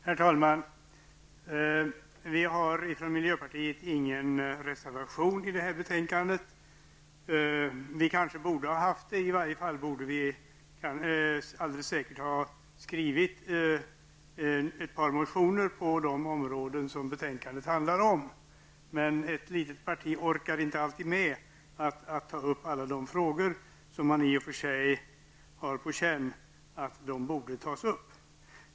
Herr talman! Vi i miljöpartiet har ingen reservation fogad till betänkandet. Vi kanske borde ha haft det, eller i varje fall ett par motioner med anknytning till de områden som betänkandet handlar om. Ett litet parti orkar dock inte alltid med att ta upp alla de frågor som man i och för sig har på känn borde tas upp.